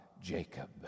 Jacob